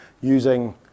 using